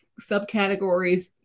subcategories